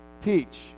Teach